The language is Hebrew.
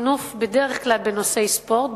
בדרך כלל בנושאי ספורט,